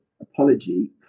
apology